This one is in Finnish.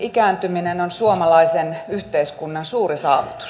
ikääntyminen on suomalaisen yhteiskunnan suuri saavutus